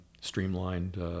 streamlined